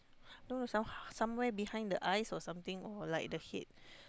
no no some somewhere behind the eyes or something or like the head